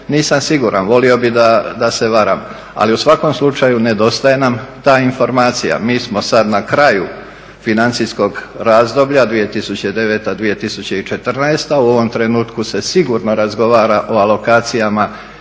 nisam siguran, volio bih da se varam. Ali u svakom slučaju nedostaje nam ta informacija. Mi smo sada na kraju financijskog razdoblja 2009.-2014.u ovom trenutku se sigurno razgovara o alokacijama